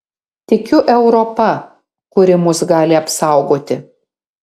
tikiu europa kuri mus gali apsaugoti